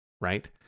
right